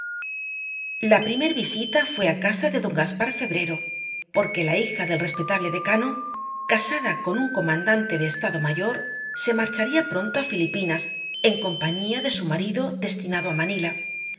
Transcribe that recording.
la primer visita fué á casa de don gaspar febrero porque la hija del respetable decano casada con un comandante de estado mayor se marcharía pronto á filipinas en compañía de su marido destinado á manila